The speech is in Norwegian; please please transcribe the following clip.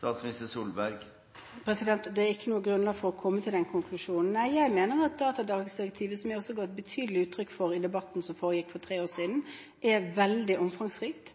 Det er ikke noe grunnlag for å komme til den konklusjonen. Jeg mener at datalagringsdirektivet, noe jeg også ga tydelig uttrykk for i debatten som foregikk for tre år